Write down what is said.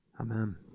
Amen